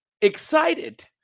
excited